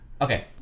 Okay